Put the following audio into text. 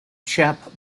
chap